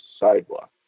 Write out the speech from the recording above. sidewalk